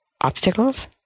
obstacles